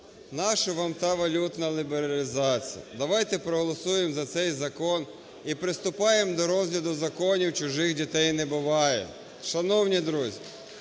на що вам та валютна лібералізація, давайте проголосуємо за цей закон і приступаємо до розгляду законів "чужих дітей не буває". Шановні друзі,